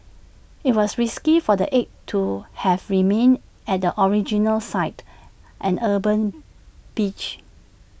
IT was risky for the eggs to have remained at the original site an urban beach